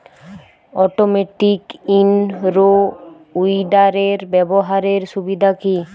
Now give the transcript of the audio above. Automatic in row উইডারের ব্যবহারের সুবিধা কি?